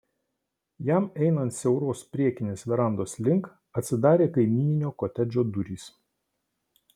jam einant siauros priekinės verandos link atsidarė kaimyninio kotedžo durys